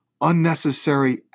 unnecessary